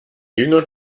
jüngern